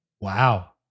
Wow